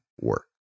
work